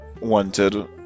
wanted